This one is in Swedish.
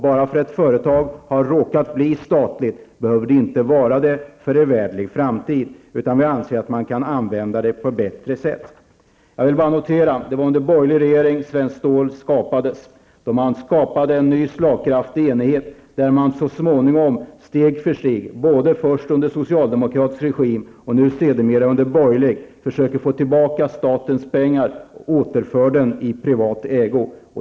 Bara för att ett företag har råkat bli statligt behöver det inte vara det för evärdlig framtid. Vi anser att man kan använda det på bättre sätt. Det var under borgerlig regering som Svenskt Stål AB skapades. Man skapade en ny slagkraftig enighet där man så småningom, steg för steg, först under socialdemokratisk regim och sedan under borgerlig, försöker få tillbaka statens pengar och återföra företaget i privat ägo.